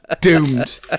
doomed